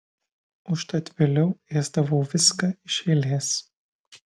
užtat vėliau ėsdavau viską iš eilės